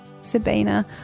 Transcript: Sabina